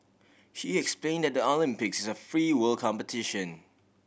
he explain that the Olympics is a free world competition